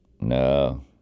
no